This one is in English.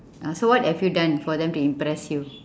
ah so what have you done for them to impress you